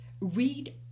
Read